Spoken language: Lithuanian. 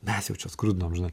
mes jau čia skrudinom žinai